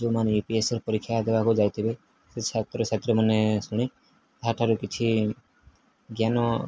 ଯୋଉମାନେ U P S C ପରୀକ୍ଷା ଦେବାକୁ ଯାଇଥିବେ ସେ ଛାତ୍ରଛାତ୍ରୀମାନେେ ଶୁଣି ଯାହାଠାରୁ କିଛି ଜ୍ଞାନ